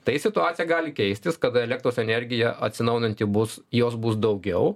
tai situacija gali keistis kada elektros energija atsinaujinanti bus jos bus daugiau